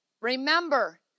remember